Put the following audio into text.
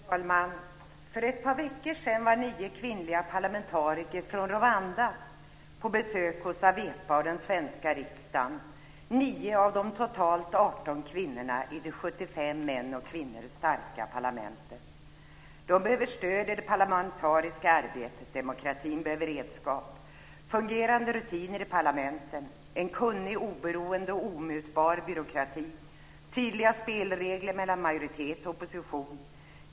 Fru talman! För ett par veckor sedan var 9 kvinnliga parlamentariker från Rwanda på besök hos Awepa och den svenska riksdagen, 9 av de totalt 18 kvinnorna i det 74 män och kvinnor starka parlamentet. De behöver stöd i det parlamentariska arbetet. Demokratin behöver redskap. Det behövs fungerande rutiner i parlamentet, en kunnig, oberoende och omutbar byråkrati, tydliga spelregler mellan majoritet och opposition.